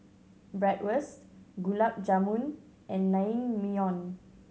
Bratwurst Gulab Jamun and Naengmyeon